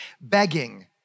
begging